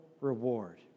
reward